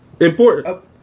important